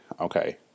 okay